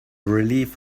relief